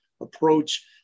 approach